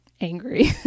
angry